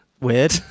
weird